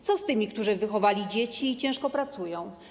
Co z tymi, którzy wychowali dzieci i ciężko pracują?